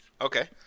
okay